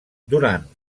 durant